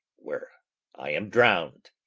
where i am drown'd.